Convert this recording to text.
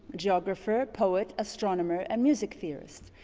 geographer, poet, astronomer and music theorist.